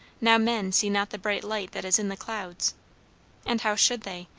now men see not the bright light that is in the clouds and how should they?